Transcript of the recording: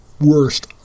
worst